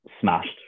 smashed